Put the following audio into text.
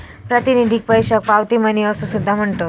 प्रातिनिधिक पैशाक पावती मनी असो सुद्धा म्हणतत